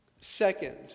Second